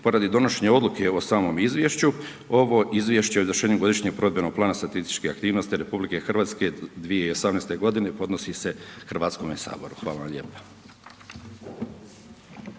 poradi donošenja odluke o samom izvješću ovo izvješće o izvršenju Godišnjeg provedbenog plana statističkih aktivnosti RH 2018. godine podnosi se Hrvatskome saboru. Hvala vam lijepa.